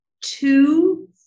two